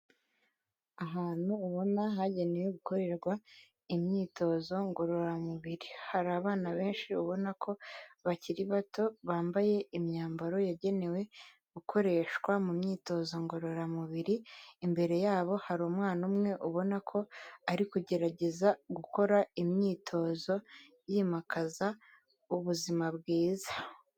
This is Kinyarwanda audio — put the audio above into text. Ahantu ubona hagenewe gukorerwa imyitozo ngororamubiri hari abana benshi ubona ko bakiri bato bambaye imyambaro yagenewe gukoreshwa mu myitozo ngororamubiri imbere yabo hari umwana umwe ubona ko ari kugerageza gukora imyitozo yimakaza ubuzima bwiza.